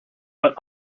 but